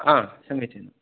आं समीचीनम्